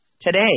today